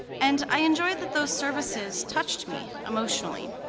and i enjoyed that those services touched me emotionally.